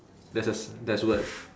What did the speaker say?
there's a s~ there's word